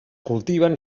cultiven